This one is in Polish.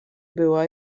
była